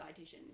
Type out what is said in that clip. dietitian